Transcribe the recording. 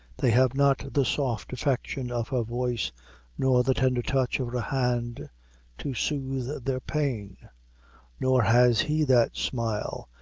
they have not the soft affection of her voice nor the tender touch of her hand to soothe their pain nor has he that smile,